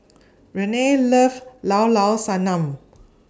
Renee loves Llao Llao Sanum